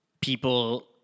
people